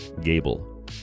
Gable